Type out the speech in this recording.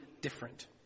different